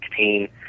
16